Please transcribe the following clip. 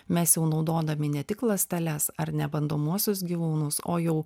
mes jau naudodami ne tik ląsteles ar ne bandomuosius gyvūnus o jau